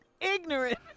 Ignorant